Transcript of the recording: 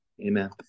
Amen